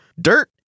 dirt